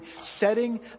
setting